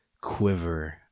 quiver